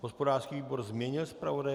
Hospodářský výbor změnil zpravodaje?